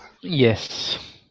Yes